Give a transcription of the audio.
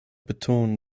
betonen